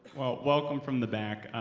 welcome from the back.